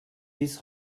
bis